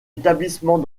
établissement